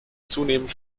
zunehmend